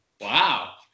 Wow